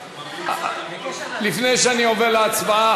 לפני שאני עובר להצבעה,